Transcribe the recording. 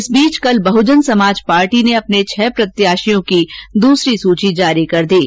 इस बीच कल बहुजन समाज पार्टी ने अपने छह प्रत्याशियों की दूसरी सूची जारी कर दी है